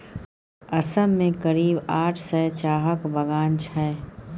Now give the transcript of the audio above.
असम मे करीब आठ सय चाहक बगान छै